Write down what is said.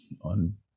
on